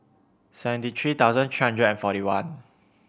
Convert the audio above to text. seventy three thousand three hundred and forty one